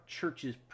churches